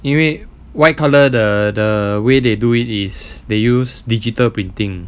因为 white colour the the way they do it is they use digital printing